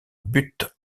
buts